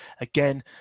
again